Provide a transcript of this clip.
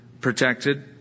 protected